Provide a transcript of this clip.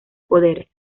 poderes